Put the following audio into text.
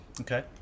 okay